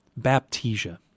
Baptisia